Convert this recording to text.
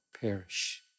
perish